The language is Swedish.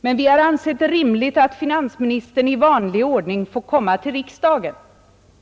Men vi har ansett det rimligt att finansministern i vanlig ordning får komma till riksdagen,